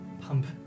pump